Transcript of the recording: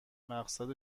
مقصد